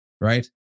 Right